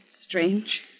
strange